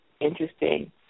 interesting